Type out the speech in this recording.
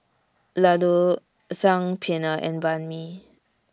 Ladoo Saag Paneer and Banh MI